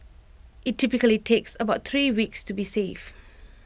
IT typically takes about three weeks to be safe